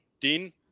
Dean